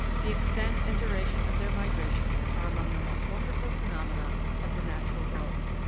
the extent and duration of their migrations are among the most wonderful phenomena of the natural world.